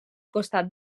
costat